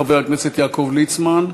חבר הכנסת יעקב ליצמן,